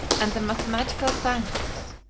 and the mathematical sciences.